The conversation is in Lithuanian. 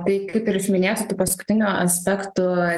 tai kaip ir iš minėtų tų paskutinių aspektų